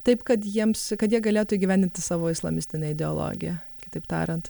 taip kad jiems kad jie galėtų įgyvendinti savo islamistinę ideologiją kitaip tariant